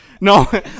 No